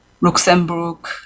Luxembourg